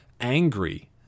angry